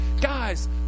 Guys